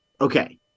okay